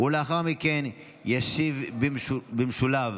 לאחר מכן ישיב במשולב